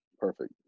perfect